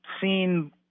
seen